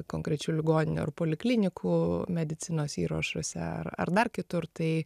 konkrečių ligoninių ar poliklinikų medicinos įrašuose ar ar dar kitur tai